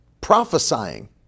prophesying